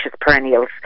perennials